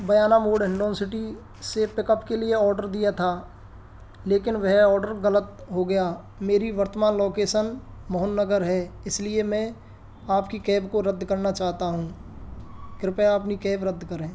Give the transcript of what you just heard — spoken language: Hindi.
बयाना मोड़ हिंडौन सिटी से पिकअप के लिए ओडर दिया था लेकिन वह ओडर गलत हो गया मेरी वर्तमान लौकेसन मोहन नगर है इसलिए मैं आपकी कैब को रद्द करना चाहता हूँ कृपया अपनी केब रद्द करें